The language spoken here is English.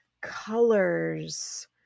colors